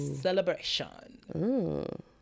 celebration